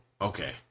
Okay